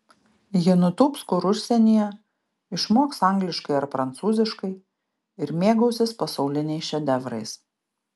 ji nutūps kur užsienyje išmoks angliškai ar prancūziškai ir mėgausis pasauliniais šedevrais